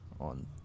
on